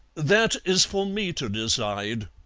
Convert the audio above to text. that is for me to decide